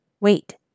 Wait